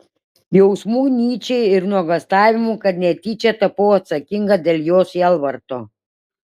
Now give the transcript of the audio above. jausmų nyčei ir nuogąstavimų kad netyčia tapau atsakinga dėl jo sielvarto